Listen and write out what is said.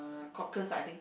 cockles lah I think